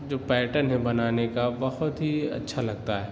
جو پیٹرن ہے بنانے کا بہت ہی اچھا لگتا ہے